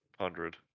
hundred